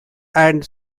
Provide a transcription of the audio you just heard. and